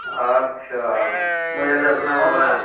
आदसा मोजां जागोन नामाब्रा